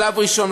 שלב ראשון,